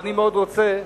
ואני מאוד רוצה,